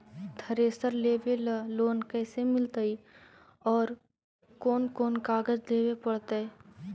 Thresher लेबे ल loan कैसे मिलतइ और कोन कोन कागज देबे पड़तै?